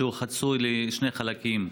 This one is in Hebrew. שהוא חצוי לשני חלקים,